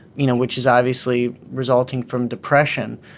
you know, which is obviously resulting from depression.